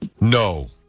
no